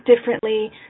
differently